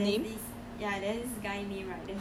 got got one got one then like